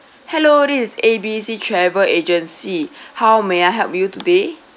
hello this is A B C travel agency how may I help you today